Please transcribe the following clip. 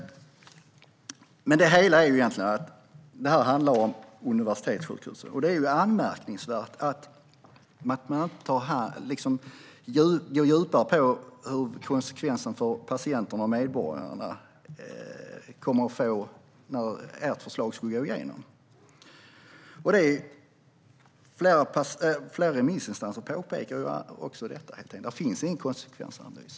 Det här handlar egentligen om universitetssjukhusen. Det är anmärkningsvärt att ni inte går djupare in på vilka konsekvenserna kommer att bli för patienterna och medborgarna om ert förslag skulle gå igenom. Flera remissinstanser påpekar också detta. Det finns helt enkelt ingen konsekvensanalys.